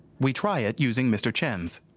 we try it using mr. chen's.